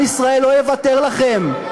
עם ישראל לא יוותר לכם.